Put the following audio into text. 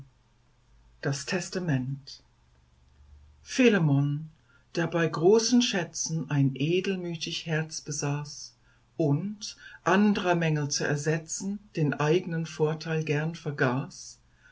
das testament philemon der bei großen schätzen ein edelmütig herz besaß und andrer mängel zu ersetzen den eignen vorteil gern vergaß